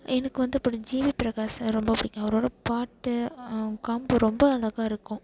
எனக்கு வந்து அப்புறம் ஜிவி பிரகாஷ் சார் ரொம்ப பிடிக்கும் அவரோட பாட்டு அவங்க காம்போ ரொம்ப அழகா இருக்கும்